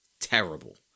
terrible